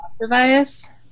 device